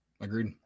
agreed